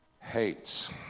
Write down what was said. hates